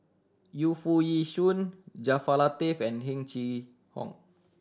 Yu Foo Yee Shoon Jaafar Latiff and Heng Chee How